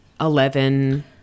Eleven